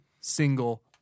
single